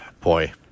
Boy